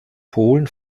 polen